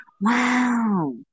Wow